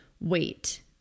wait